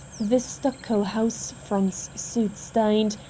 the stucco house-fronts, soot-stained,